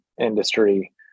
industry